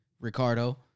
Ricardo